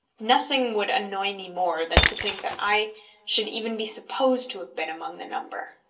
nothing would annoy me more than to think that i should even be supposed to have been among the number.